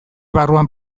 barruan